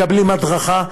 מקבלים הדרכה.